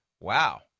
wow